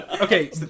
okay